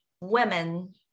women